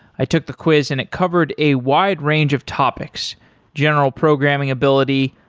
i took the quiz and it covered a wide range of topics general programming ability,